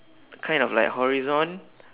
kind of like horizon